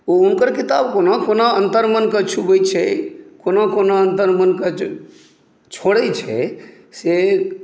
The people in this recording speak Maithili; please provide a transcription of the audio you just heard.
ओ हुनकर किताब कोना कोना अंतर्मनकेॅं छूबै छै कोना कोना अंतर्मनकेॅं छोड़ै छै से